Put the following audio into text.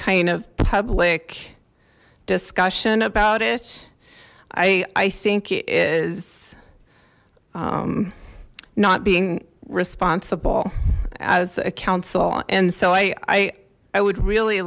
kind of public discussion about it i think it is not being responsible as a council and so i i would really